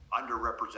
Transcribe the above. underrepresented